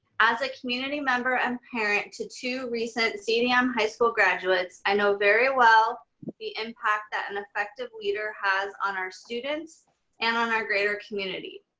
as a community member and parent to two recent cdm high school graduates, i know very well the impact that an effective leader has on our students and on our greater community.